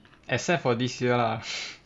except for this year lah